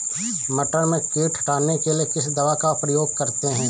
मटर में कीट हटाने के लिए किस दवा का प्रयोग करते हैं?